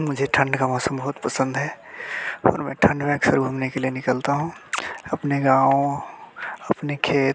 मुझे ठण्ड का मौसम बहुत पसंद है और मैं ठण्ड में अक्सर घूमने के लिए निकलता हूँ अपने गाँव अपने खेत